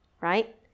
Right